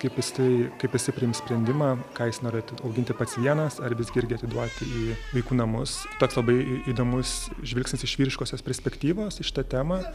kaip jis tai kaip jisai priims sprendimą ką jis norėtų auginti pats vienas ar visgi irgi atiduoti į vaikų namus toks labai į įdomus žvilgsnis iš vyriškosios perspektyvos į šitą temą